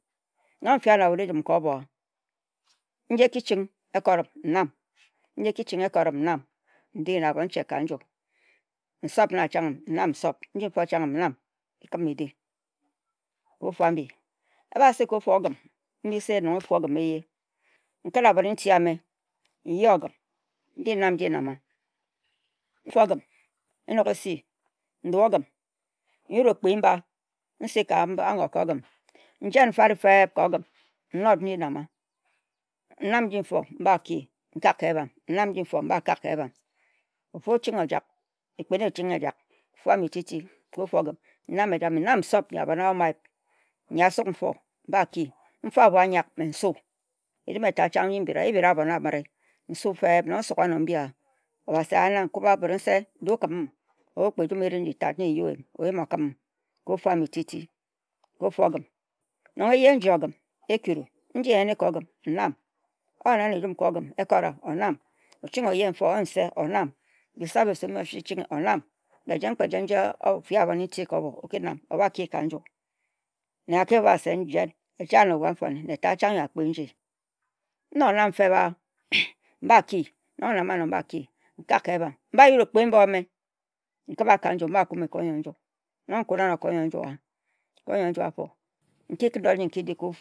Non-nfi abon ejum ka ohbi, nji-eki-ching-n-nam n-di na abon-che ka-nju. Nsop na chang-n-am, n-ji-fo na-chang, n-am ekim e-di ka ofu-am-bi. Eba-si ka ofu ogin, non ehye, nken abon-niti-ame nji nam-nji nam-ma nkpo-osi ogim, n-yot okpi-mba nsi agoa nam-nji n-nam-a nki, nkak ka-ebam e-jjame. Njen-nfarefebnam, n-yen nji-nfo, nam, mba-ki-nkak ka ebam ofu ochingha-ojak, ekpin ejak ochi, ka-ofu-am-bi titi nam eyim, nam nsop nyi abon-ayuma-ayip, nyi asok nfo, nam mba-ki mfo-aboh a-nyak nsu. ejum etat chang. Ebria abon a-merie nsu fe-eb non nsuk ano-embi, nkak-gha agore se, nse do kim, kpe-jen kpe ejum nji-tat erie kim ka ofu am-bi titi. Non eyeh ogim, nji ogim n-kueri, ojak anor ka ogim, nji oyen onam oching oyee n-fo, oyen effo onam, oyen nsie onam, oyen atabasi, osi, ngu-nyam, kpe-jen, kpe-jen nji ofi aobni-nti ka ohbo onam okan-oba-ki ka nju. Kpe-ne yoi a-ki beb-a-se, eja anor kpe ne-tat chang yoi akpi-nji na we. N-nok nam feb-a, mba ki, mba kak ka ebam, n-yut okpi-mba ome mbak ka nju.